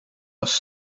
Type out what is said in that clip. pas